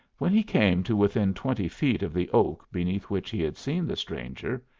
when he came to within twenty feet of the oak beneath which he had seen the stranger,